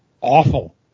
awful